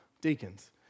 deacons